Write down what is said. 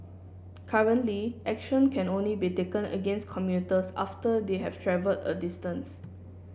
currently action can only be taken against commuters after they have travelled a distance